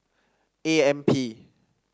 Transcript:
A M P